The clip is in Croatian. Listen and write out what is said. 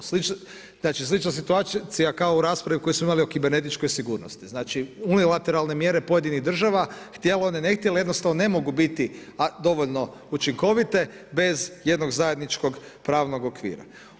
Znači slična situacija kao u raspravi koju smo imali o kibernetičkoj sigurnosti, znači unilateralne mjere pojedinih država htjele one ne htjele jednostavno ne mogu biti dovoljno učinkovite bez jednog zajedničkog pravnog okvira.